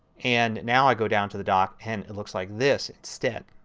and now i go down to the dock and it looks like this instead.